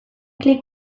klik